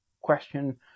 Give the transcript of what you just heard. question